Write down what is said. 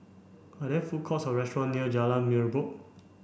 are there food courts or restaurant near Jalan Merbok